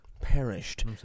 perished